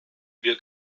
wir